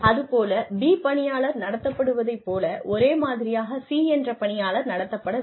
அதுபோல B பணியாளர் நடத்தப்படுத்தவதை போல ஒரே மாதிரியாக C என்ற பணியாளர் நடத்தப்பட வேண்டும்